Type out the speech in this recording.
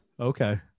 Okay